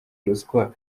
ruswa